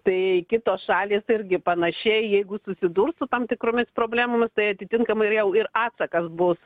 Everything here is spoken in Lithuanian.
tai kitos šalys irgi panašiai jeigu susidurs su tam tikromis problemomis tai atitinkamai ir jau ir atsakas bus